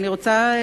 אני רוצה,